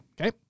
Okay